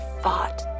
fought